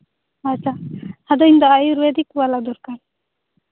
ᱟᱪᱪᱷᱟ ᱟᱫᱚ ᱤᱧᱫᱚ ᱟᱭᱩᱨᱵᱮᱫᱤᱠ ᱵᱟᱞᱟ ᱫᱚᱨᱠᱟᱨ